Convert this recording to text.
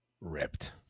ripped